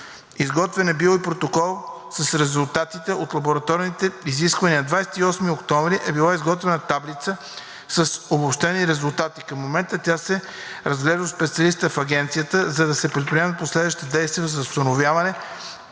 Изготвен е бил и протокол с резултатите от лабораторните изисквания. На 28 октомври е била изготвена таблица с обобщени резултати. Към момента тя се разглежда от специалисти в Агенцията, за да се предприемат последващи действия за установяване